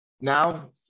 Now